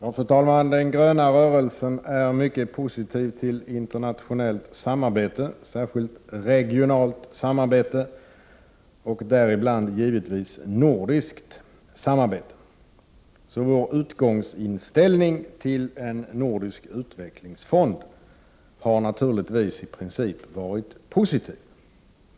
Fru talman! Vi i den gröna rörelsen är mycket positiva till internationellt samarbete, och då särskilt till regionalt samarbete, givetvis inkl. nordiskt samarbete. Naturligtvis har därför vår inställning till en nordisk utvecklingsfond redan från första början i princip varit positiv.